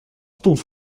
stond